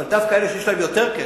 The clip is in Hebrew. אבל דווקא אלה שיש להם יותר כסף,